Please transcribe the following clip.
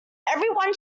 everyone